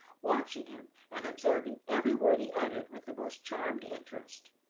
watching him and absorbing every word he uttered with the most charmed interest.